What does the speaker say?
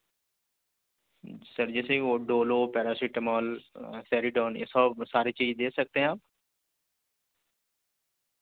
سر جیسے وہ Dolo paracetamol Saridon یہ سب سارے چیز دے سکتے ہیں آپ